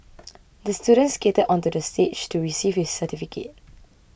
the student skated onto the stage to receive his certificate